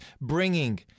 bringing